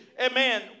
amen